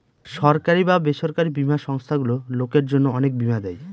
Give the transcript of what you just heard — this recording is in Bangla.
সরকারি বা বেসরকারি বীমা সংস্থারগুলো লোকের জন্য অনেক বীমা দেয়